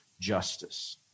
justice